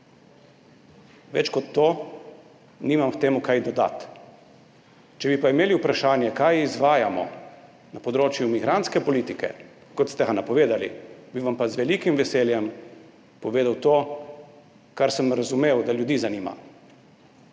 Več kot to nimam k temu kaj dodati. Če bi pa imeli vprašanje, kaj izvajamo na področju migrantske politike, kot ste ga napovedali, bi vam pa z velikim veseljem povedal to, kar sem razumel, da ljudi zanima.